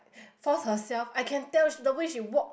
force herself I can tell the way she walk